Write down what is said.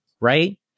right